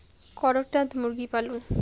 করকনাথ মুরগি পালন?